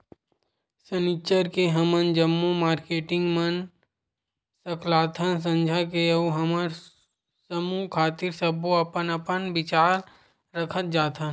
सनिच्चर के हमन जम्मो मारकेटिंग मन सकलाथन संझा के अउ हमर समूह खातिर सब्बो अपन अपन बिचार रखत जाथन